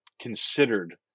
considered